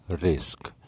risk